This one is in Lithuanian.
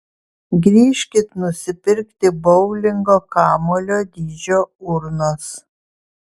grįžkit nusipirkti boulingo kamuolio dydžio urnos